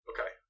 Okay